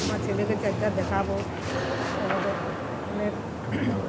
আমার ছেলেকে চার ধার দেখাবো তার বাদে অনেক